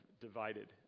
divided